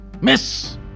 Miss